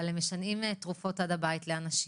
אבל הם משנעים תרופות עד הבית לאנשים,